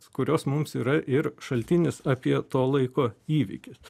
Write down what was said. kurios mums yra ir šaltinis apie to laiko įvykius